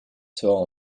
terwijl